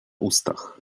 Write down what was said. ustach